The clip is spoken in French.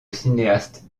cinéaste